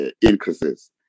increases